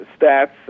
stats